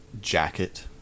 jacket